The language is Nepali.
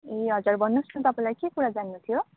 ए हजर भन्नुहोस् न तपाईँलाई के कुरा जान्नु थियो